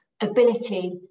ability